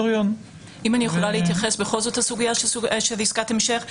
אם אני יכולה להתייחס בכל זאת לסוגיה של עסקת המשך.